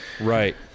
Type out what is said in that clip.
Right